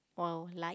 !wow! like